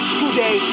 today